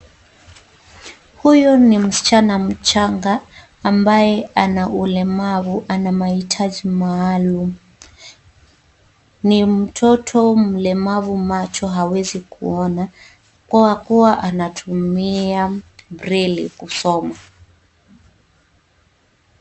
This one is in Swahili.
Huyo ni msichana mchanga ambaye ana ulemavu. Ana mahitaji maalum. Ni mtoto mlemavu macho. Hawezi kuona kwa kuwa anatumia braili kusoma.